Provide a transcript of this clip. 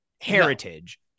heritage